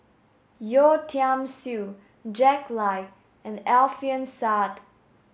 Yeo Tiam Siew Jack Lai and Alfian Sa'at